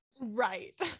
Right